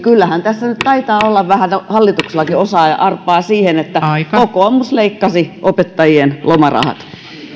kyllähän tässä nyt taitaa olla vähän hallituksellakin osaa ja arpaa siihen että kokoomus leikkasi opettajien lomarahat